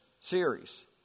series